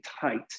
tight